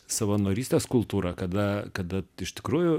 savanorystės kultūra kada kad iš tikrųjų